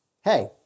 hey